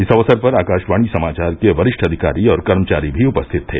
इस अवसर पर आकाशवाणी समाचार के वरिष्ठ अधिकारी और कर्मचारी भी उपस्थित थे